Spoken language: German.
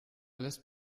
lässt